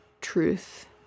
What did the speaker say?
truth